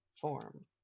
form